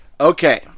Okay